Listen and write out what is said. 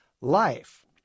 life